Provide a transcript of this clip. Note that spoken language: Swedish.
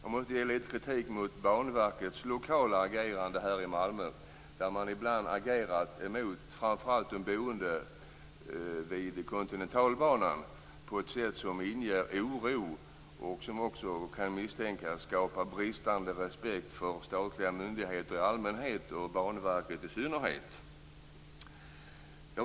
Jag måste ge litet kritik mot Banverkets lokala agerande i Malmö. Där har man ibland agerat mot framför allt de boende vid Kontinentalbanan på ett sätt som inger oro och som också kan misstänkas skapa bristande respekt för statliga myndigheter i allmänhet och Banverket i synnerhet.